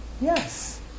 Yes